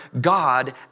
God